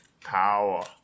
Power